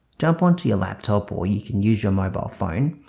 jump on to your laptop or you can use your mobile phone